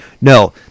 no